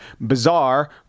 bizarre